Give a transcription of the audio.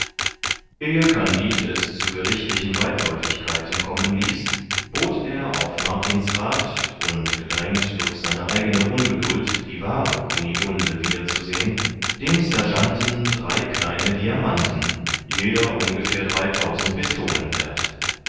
ehe kandid es zu gerichtlichen weitläufigkeiten kommen ließ bot er auf martin's rath und gedrängt durch seine eigene ungeduld die wahre kunigunde wieder zu sehen dem sergeanten drei kleine diamanten jeder ungefähr pistolen werth